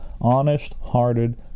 honest-hearted